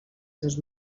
seus